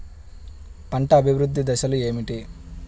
పంట అభివృద్ధి దశలు ఏమిటి?